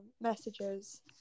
messages